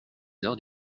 heures